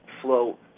flow